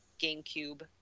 GameCube